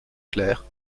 claire